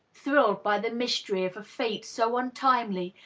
thrilled by the mystery of a fate so untimely,